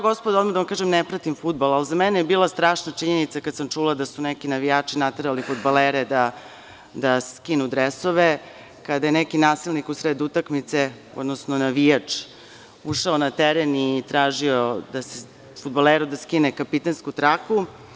Gospodo, odmah da vam kažem, ne pratim fudbal, ali za mene je bila strašna činjenica kada sam čula da su neki navijači naterali fudbalere da skinu dresove, kada je neki nasilnik usred utakmice, odnosno navijač, ušao na teren i tražio fudbaleru da skine kapitensku traku.